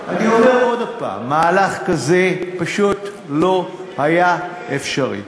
אני אומר עוד הפעם: מהלך כזה פשוט לא היה אפשרי.